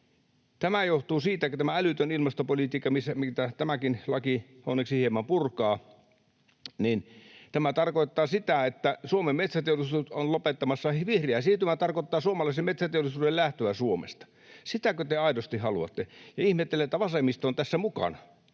Tämä johtuu siitä, kun tämä älytön ilmastopolitiikka, mitä tämäkin laki onneksi hieman purkaa, tarkoittaa sitä, että Suomen metsäteollisuus on lopettamassa. Vihreä siirtymä tarkoittaa suomalaisen metsäteollisuuden lähtöä Suomesta. Sitäkö te aidosti haluatte? Ja ihmettelen, että vasemmisto on tässä mukana.